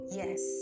yes